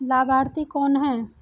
लाभार्थी कौन है?